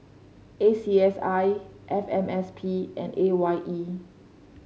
A C S I F M S P and A Y E